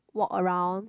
walk around